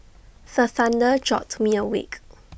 the thunder jolt me awake